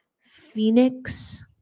Phoenix